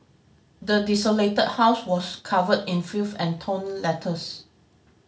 the desolated house was covered in filth and torn letters